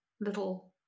little